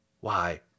Why